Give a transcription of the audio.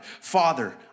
Father